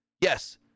yes